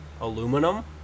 aluminum